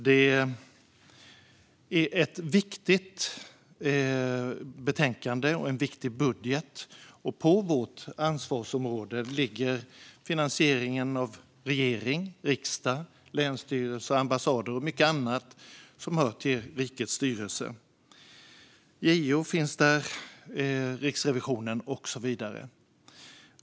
Det är ett viktigt betänkande och en viktig budget, och på vårt ansvarsområde ligger finansieringen av regering, riksdag, länsstyrelser, ambassader och mycket annat som hör till rikets styrelse. Där finns även JO och Riksrevisionen och så vidare.